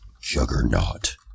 juggernaut